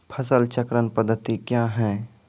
फसल चक्रण पद्धति क्या हैं?